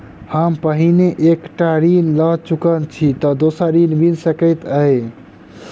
हम पहिने एक टा ऋण लअ चुकल छी तऽ दोसर ऋण मिल सकैत अई?